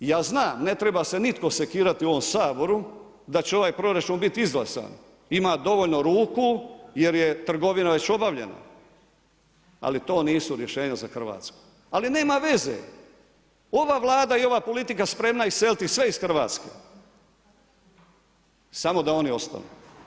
Ja znam, ne treba se nitko sekirati u ovom Saboru, da će ovaj proračun biti izglasan, ima dovoljno ruku jer je trgovina već obavljena, ali to nisu rješenja za Hrvatsku. ali nema veze, ova Vlada i ova politika spremna je iseliti sve iz Hrvatske samo da oni ostanu.